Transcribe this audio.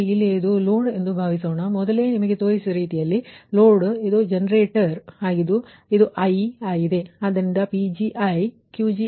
ಆದರೆ ಇಲ್ಲಿ ಇದು ಲೋಡ್ ಎಂದು ಭಾವಿಸೋಣ ಇದು ಮೊದಲೇ ನಿಮಗೆ ತೋರಿಸಿದೆ ಇದು ಲೋಡ್ ಮತ್ತು ಇವು ಜನರೇಟರ್ ಆದರೆ ಇದು i